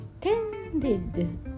Tended